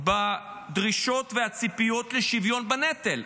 בדרישות והציפיות לשוויון בנטל.